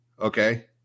Okay